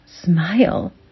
smile